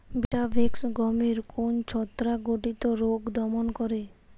Vitavax গমের কোন ছত্রাক ঘটিত রোগ দমন করে?